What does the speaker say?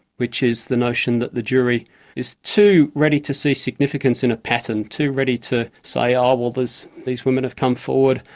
which is the notion that the jury is too ready to see significance in a pattern, too ready to say, oh, well, these women have come forward,